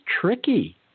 tricky